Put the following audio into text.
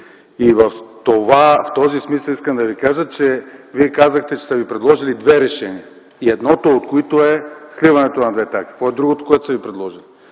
И в този смисъл - Вие казахте, че са Ви предложили две решения, едното от които е сливането на двете. Какво е другото, което са Ви предложили?